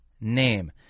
name